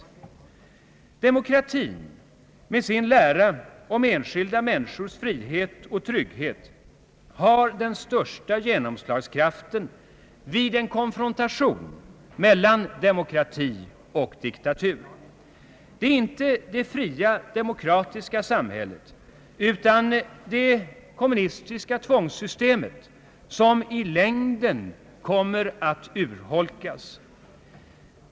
Demokratin med sin lära om enskilda människors frihet och trygghet har den största genomslagskrafien vid en konfrontation mellan demokrati och diktatur. Det är inte det fria demokratiska samhället utan det kommunistiska tvångssystemet som i längden kommer att urholkas.